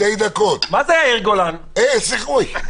אדוני היושב-ראש,